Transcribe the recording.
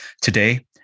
Today